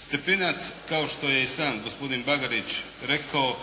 Stepinac kao što je i sam gospodin Bagarić rekao